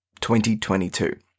2022